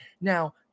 Now